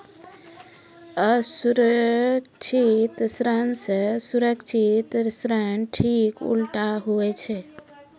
असुरक्षित ऋण से सुरक्षित ऋण ठीक उल्टा हुवै छै